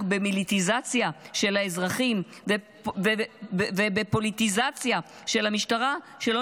במיליטזציה של האזרחים ובפוליטיזציה של המשטרה שלא